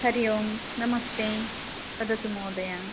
हरि ओम् नमस्ते वदतु महोदय